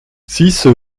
six